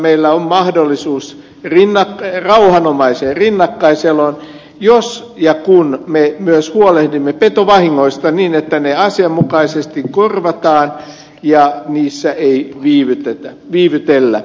meillä on mahdollisuus rauhanomaiseen rinnakkaiseloon jos ja kun me myös huolehdimme petovahingoista niin että ne asianmukaisesti korvataan ja siinä ei viivytellä